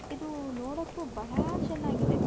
ಇದು ನೋಡೋಕೆ ಬಹಳ ಚೆನ್ನಾಗಿದೆ